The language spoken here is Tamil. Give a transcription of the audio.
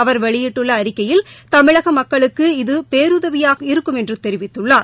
அவர் வெளியிட்டுள்ள அறிக்கையில் தமிழக மக்களுக்கு அது பேறுதவியாக இருக்கும் என்று தெரிவித்துள்ளார்